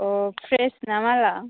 औ फ्रेस ना मालआ